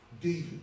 David